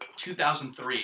2003